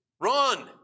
Run